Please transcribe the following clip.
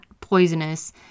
poisonous